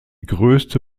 größte